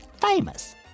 famous